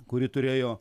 kuri turėjo